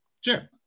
sure